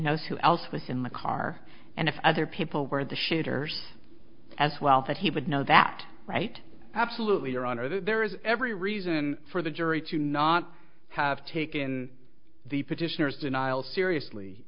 knows who else was in the car and if other people were at the shooters as well that he would know that right absolutely your honor that there is every reason for the jury to not have taken the petitioner's denials seriously